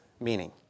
meaning